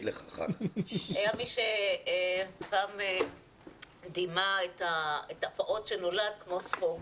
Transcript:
היה מי שגם דימה את הפעוט שנולד כמו ספוג,